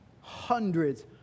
Hundreds